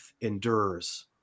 endures